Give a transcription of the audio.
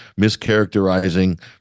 mischaracterizing